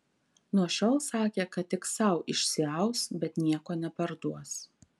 nuo šiol sakė kad tik sau išsiaus bet nieko neparduos